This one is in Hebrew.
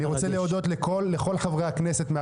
אני רוצה להודות לכל חברי הכנסת שהיו פה